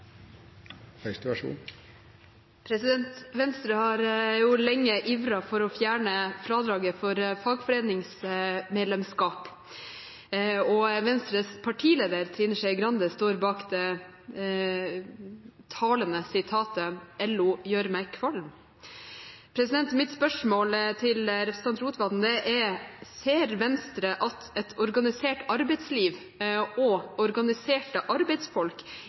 Venstre har lenge ivret for å fjerne fradraget for fagforeningsmedlemskap, og Venstres partileder, Trine Skei Grande, står bak det talende sitatet: «LO gjør meg kvalm.» Mitt spørsmål til representanten Rotevatn er: Ser Venstre at et organisert arbeidsliv og organiserte arbeidsfolk